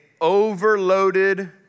overloaded